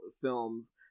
films